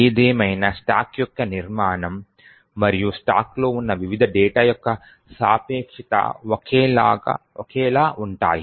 ఏదేమైనా స్టాక్ యొక్క నిర్మాణం మరియు స్టాక్లో ఉన్న వివిధ డేటా యొక్క సాపేక్షత ఒకేలా ఉంటాయి